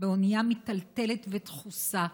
באונייה מיטלטלת ודחוסה,